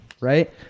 right